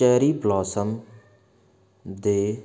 cherry blossom ਦੇ